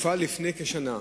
הופעל לפני כשנה,